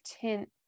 tint